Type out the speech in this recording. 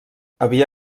havia